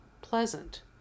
pleasant